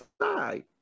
side